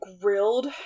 grilled